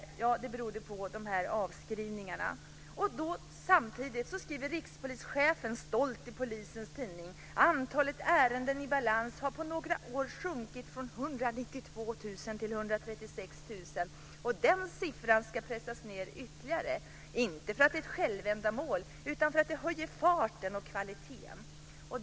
Jo, det berodde på de här avskrivningarna. Samtidigt skriver rikspolischefen stolt i polisens tidning: Antalet ärenden i balans har på några år sjunkit från 192 000 till 136 000, och den siffran ska pressas ned ytterligare - inte för att det är ett självändamål, utan för att det höjer farten och kvaliteten.